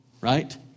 Right